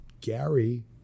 Gary